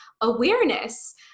awareness